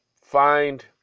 find